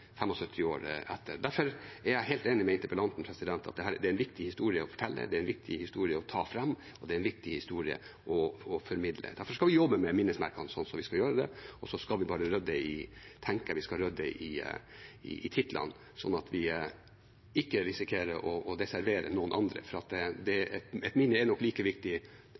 75 år etter. Derfor er jeg helt enig med interpellanten i at dette er en viktig historie å fortelle, det er en viktig historie å ta fram, det er en viktig historie å formidle. Derfor skal vi jobbe med minnesmerkene. Så tenker jeg at vi skal rydde i titlene, slik at vi ikke risikerer å desavuere noen andre, for et minne er nok like viktig